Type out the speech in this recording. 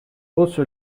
hausse